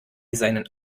seinen